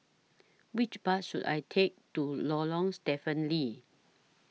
Which Bus should I Take to Lorong Stephen Lee